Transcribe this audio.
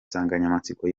nsanganyamatsiko